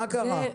מה קרה?